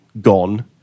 gone